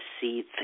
see